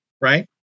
right